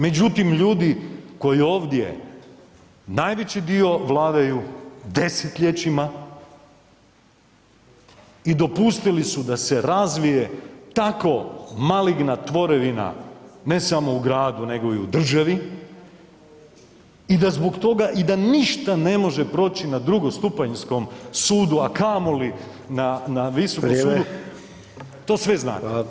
Međutim, ljudi koji ovdje najveći dio vladaju 10-ljećima i dopustili su da se razvije tako maligna tvorevina ne samo u gradu nego i u državi i da zbog toga i da ništa ne može proći na drugostupanjskom sudu, a kamoli na visokom sudu [[Upadica: Vrijeme.]] to sve znate.